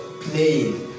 playing